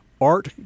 art